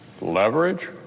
leverage